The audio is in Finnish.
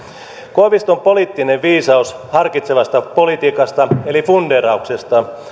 koiviston poliittinen viisaus harkitsevasta politiikasta eli fundeerauksesta